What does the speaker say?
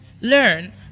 learn